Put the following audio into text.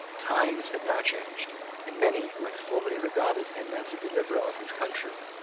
times had now changed and many, who had formerly regarded him as the deliverer of his country,